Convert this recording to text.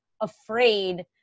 afraid